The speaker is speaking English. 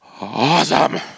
awesome